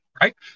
right